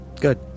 Good